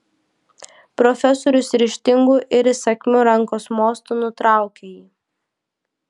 profesorius ryžtingu ir įsakmiu rankos mostu nutraukė jį